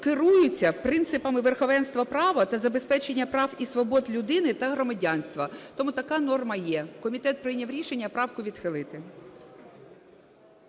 керується принципами верховенства права та забезпечення прав і свобод людини та громадянства. Тому така норма є. Комітет прийняв рішення правку відхилити.